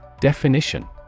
Definition